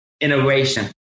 innovation